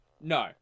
no